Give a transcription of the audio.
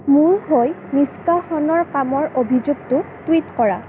মোৰ হৈ নিষ্কাশনৰ কামৰ অভিযোগটো টুইট কৰা